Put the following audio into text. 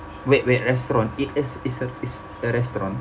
wait wait restaurant it is it's a it's a restaurant